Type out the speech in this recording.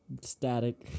static